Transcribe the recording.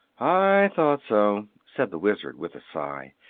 i thought so, said the wizard, with a sigh.